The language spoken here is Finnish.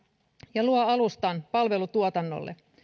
ja luo alustan palvelutuotannolle